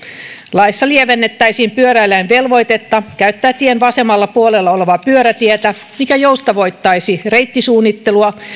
laissa lievennettäisiin pyöräilijän velvoitetta käyttää tien vasemmalla puolella olevaa pyörätietä mikä joustavoittaisi reittisuunnittelua